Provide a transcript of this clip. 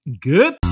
Good